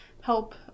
help